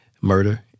murder